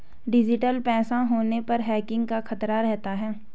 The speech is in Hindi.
डिजिटल पैसा होने पर हैकिंग का खतरा रहता है